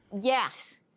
Yes